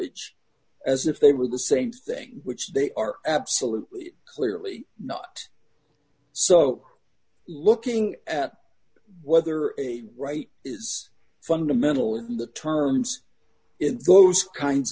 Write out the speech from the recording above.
privilege as if they were the same thing which they are absolutely clearly not so looking at whether a right is fundamental in the terms in those kinds